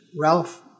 Ralph